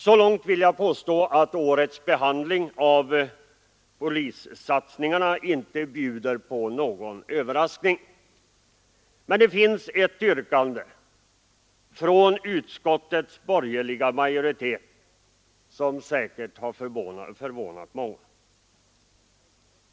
Så långt vill jag påstå att årets behandling av polissatsningarna inte bjuder på någon överraskning. Men det finns ett yrkande, från utskottets borgerliga majoritet, som säkert har förvånat många.